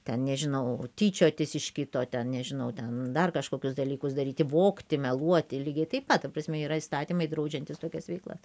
ten nežinau tyčiotis iš kito ten nežinau ten dar kažkokius dalykus daryti vogti meluoti lygiai taip pat ta prasme yra įstatymai draudžiantys tokias veiklas